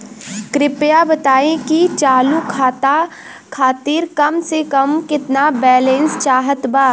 कृपया बताई कि चालू खाता खातिर कम से कम केतना बैलैंस चाहत बा